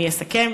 אני אסכם.